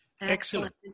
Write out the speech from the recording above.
Excellent